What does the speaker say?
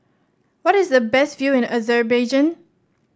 what is the best view in the Azerbaijan